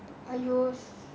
!aiyo!